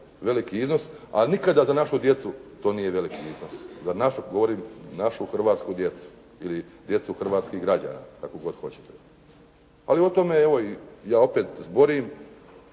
veliki iznos, a nikada za našu djecu to nije veliki iznos, za našu, govorim za našu hrvatsku djecu ili djecu hrvatskih građana, kako god hoćete. Ali opet evo ja o tome zborim